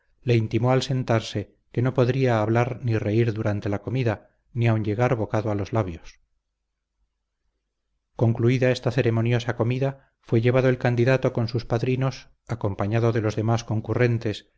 le intimó al sentarse que no podría hablar ni reír durante la comida ni aun llegar bocado a los labios concluida esta ceremoniosa comida fue llevado el candidato por sus padrinos acompañado de los demás concurrentes